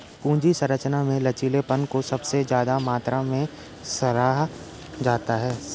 पूंजी संरचना में लचीलेपन को सबसे ज्यादा मात्रा में सराहा जाता है